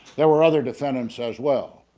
there were other defendants as well,